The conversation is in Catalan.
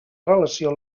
relació